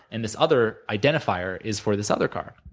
and this other identifier is for this other car.